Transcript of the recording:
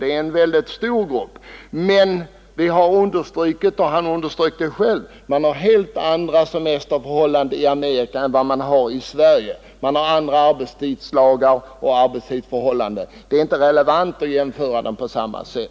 Det är en mycket stor grupp. Men vi har understrukit — och herr Romanus underströk det själv — att man i Amerika har helt andra semesterlagar, andra arbetstidslagar och andra arbetstidsförhållanden än vi har här i Sverige, och därför är det inte relevant att där göra några jämförelser.